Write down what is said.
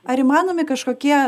ar įmanomi kažkokie